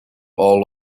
all